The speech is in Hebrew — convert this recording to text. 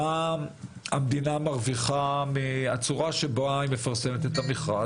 מה המדינה מרוויחה מהצורה שבה היא מפרסמת את המכרז,